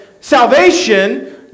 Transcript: salvation